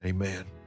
Amen